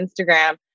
Instagram